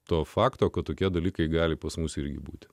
to fakto kad tokie dalykai gali pas mus irgi būti